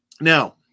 Now